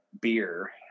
beer